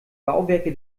bauwerke